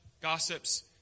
gossips